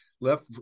left